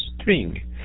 string